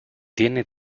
tiene